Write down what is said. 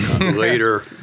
later